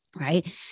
Right